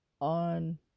on